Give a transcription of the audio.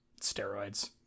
steroids